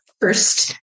first